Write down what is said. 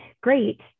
great